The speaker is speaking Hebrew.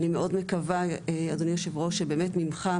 אני מאוד מקווה אדוני יושב הראש באמת ממך,